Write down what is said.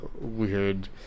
weird